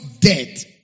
dead